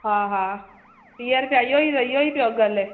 हा हा टीह रुपया इहो ई इहो ई पियो अघु हले